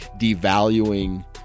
devaluing